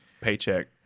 paycheck